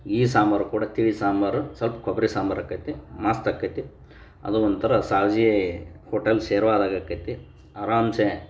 ಈ ಸಾಂಬಾರು ಕೂಡ ತಿಳಿ ಸಾಂಬಾರು ಸ್ವಲ್ಪ ಕೊಬ್ಬರಿ ಸಾಂಬಾರು ಆಕೈತಿ ಮಸ್ತಾಕೈತಿ ಅದು ಒಂಥರ ಸಾಜೇ ಹೋಟೆಲ್ ಶೇರ್ವ ಆದಾಗೆ ಆಕೈತಿ ಆರಾಮ್ಸೆ